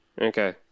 Okay